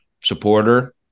supporter